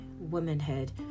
womanhood